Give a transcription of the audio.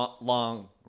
long